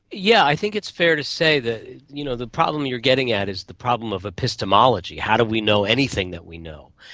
yeah i think it's fair to say that you know the problem you're getting at is the problem of epistemology. how do we know anything that we know?